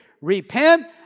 Repent